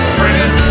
friend